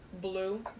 Blue